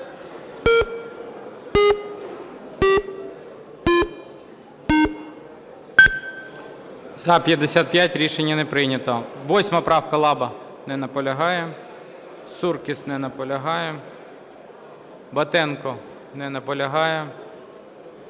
За-55 Рішення не прийнято. 8 правка, Лаба. Не наполягає. Суркіс не наполягає. Батенко не наполягає.